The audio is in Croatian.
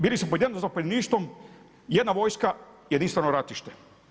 Bili su pod jednim zapovjedništvom, jedna vojska, jedinstveno ratište.